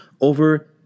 over